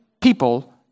people